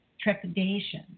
trepidation